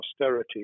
austerity